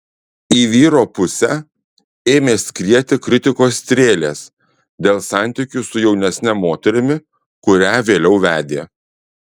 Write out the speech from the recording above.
į vyro pusę ėmė skrieti kritikos strėlės dėl santykių su jaunesne moterimi kurią vėliau vedė